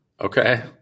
Okay